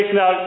now